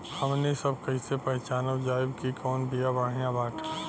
हमनी सभ कईसे पहचानब जाइब की कवन बिया बढ़ियां बाटे?